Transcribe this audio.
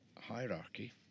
hierarchy